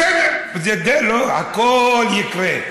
בסדר, הכול יקרה.